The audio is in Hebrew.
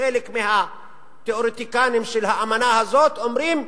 חלק מהתיאורטיקנים של האמנה הזאת אומרים,